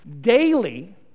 Daily